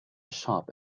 sharp